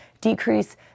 decrease